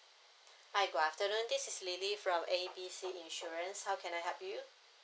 hi good afternoon this is lily from A B C insurance how can I help you